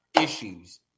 issues